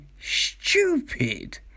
stupid